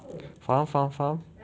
faham faham faham